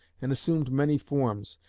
and assumed many forms,